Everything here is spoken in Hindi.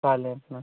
खा लें अपना